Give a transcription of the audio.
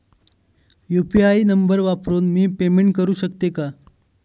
UPI नंबर वापरून मी पेमेंट करू शकते का?